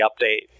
update